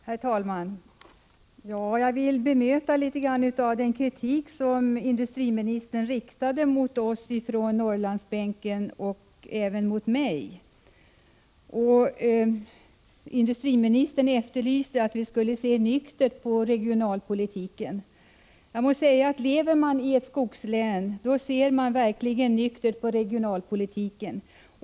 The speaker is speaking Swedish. Herr talman! Jag vill bemöta litet av den kritik som industriministern riktade mot oss ifrån Norrlandsbänken och även mot mig. Industriministern efterlyste en nykter syn på regionalpolitiken. Jag må säga att om man lever i ett skogslän ser man verkligen nyktert på regionalpolitiken.